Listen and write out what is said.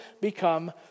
become